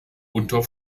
unter